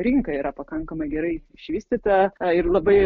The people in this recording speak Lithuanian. rinka yra pakankamai gerai išvystyta ir labai